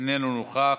איננו נוכח,